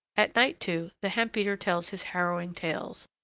at night, too, the hemp-beater tells his harrowing tales.